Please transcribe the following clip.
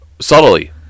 Subtly